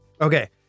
Okay